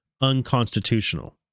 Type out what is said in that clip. unconstitutional